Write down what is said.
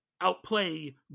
outplay